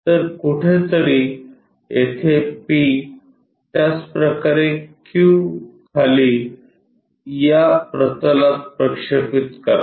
तर कुठेतरी येथे p त्याचप्रकारे Q खाली त्या प्रतलात प्रक्षेपित करा